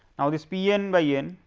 now this p n by n,